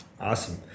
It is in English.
Awesome